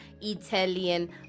italian